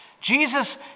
Jesus